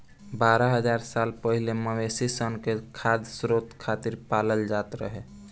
बारह हज़ार साल पहिले मवेशी सन के खाद्य स्रोत खातिर पालल जात रहे